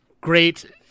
great